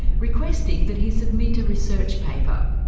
requesting that he submit a research paper.